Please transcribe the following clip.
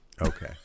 Okay